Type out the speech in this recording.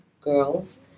girls